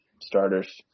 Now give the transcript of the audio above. starters